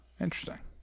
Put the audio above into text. Interesting